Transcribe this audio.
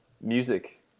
music